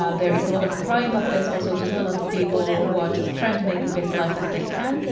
there is a lot of crime, but there's also just a lot of people who are just trying to make the best life that they can.